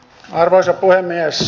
arvoisa puhemies